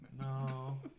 No